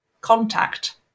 contact